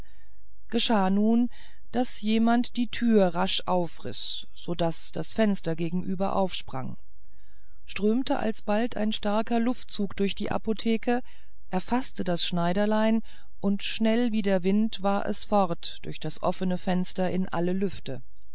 geschah nun daß jemand die türe rasch aufriß so daß das fenster gegenüber aufsprang strömte alsbald ein starker luftzug durch die apotheke erfaßte das schneiderlein und schnell wie der wind war es fort durch das offne fenster in alle lüfte